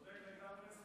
צודק לגמרי.